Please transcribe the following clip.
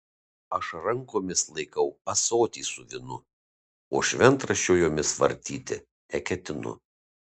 aš rankomis laikau ąsotį su vynu o šventraščio jomis vartyti neketinu